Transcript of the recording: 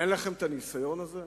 אין לכם הניסיון הזה?